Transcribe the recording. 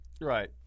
Right